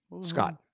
Scott